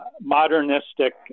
modernistic